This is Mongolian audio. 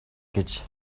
гэж